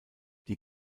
die